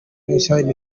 imisoro